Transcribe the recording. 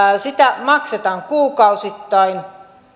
sitä maksetaan kuukausittain